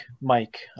Mike